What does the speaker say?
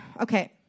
Okay